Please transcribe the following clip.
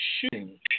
shooting